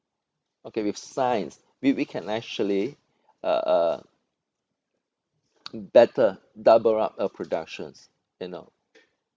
okay with science we we can actually uh uh better double up our productions you know